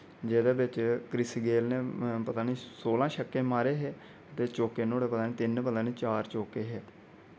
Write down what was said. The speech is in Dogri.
जेह्दे बिच क्रिस गेल नै पता नि सोलां छक्के मारे हे ते चोक्के नुआढ़े पता निं तिन्न पता नि चार चोक्के हे